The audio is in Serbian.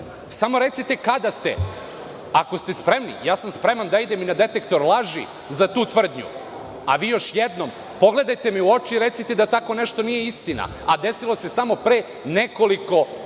Samo recite, kada ste, ako ste spremni? Ja sam spreman da idem i na detektor laži za tu tvrdnju, a vi još jednom, pogledajte mi u oči i recite da tako nešto nije istina, a desilo se samo pre nekoliko sati,